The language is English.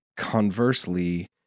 conversely